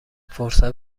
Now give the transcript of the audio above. فرصت